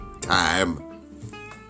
time